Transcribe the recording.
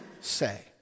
say